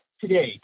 today